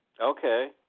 Okay